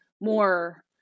more